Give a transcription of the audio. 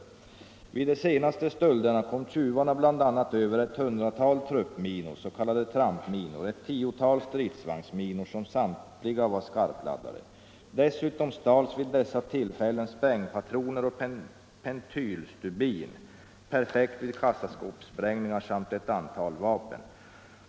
Rikspolisstyrelsen fortsätter: ”Vid de senaste stölderna kom tjuvarna över ett hundratal truppminor, s.k. trampminor och ett tiotal stridsvagnsminor som samtliga var skarpladdade. Dessutom stals vid dessa tillfällen sprängpatroner och pentylstubin — perfekt vid kassaskåpssprängningar — samt ett antal vapen.